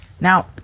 Now